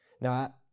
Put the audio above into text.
Now